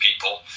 people